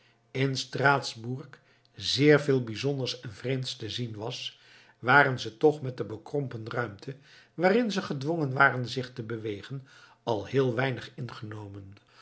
in straatsburg zeer veel bijzonders en vreemds te zien was waren ze toch met de bekrompen ruimte waarin ze gedwongen waren zich te bewegen al heel weinig ingenomen